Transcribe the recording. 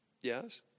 Yes